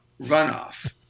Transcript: runoff